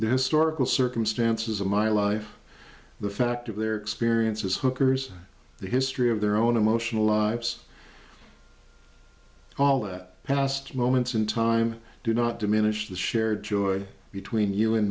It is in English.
the historical circumstances of my life the fact of their experiences hooker's the history of their own emotional lives all that passed moments in time do not diminish the shared joy between you and